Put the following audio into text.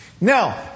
Now